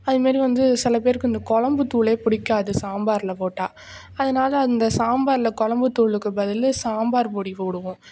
அதுமாதிரி வந்து சிலபேருக்கு இந்த குழம்புத்தூளே பிடிக்காது சாம்பாரில் போட்டால் அதனால அந்த சாம்பாரில் குழம்புத்தூளுக்கு பதில் சாம்பார் பொடி போடுவோம்